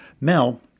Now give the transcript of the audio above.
Mel